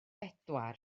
bedwar